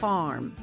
Farm